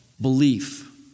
belief